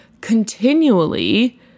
Continually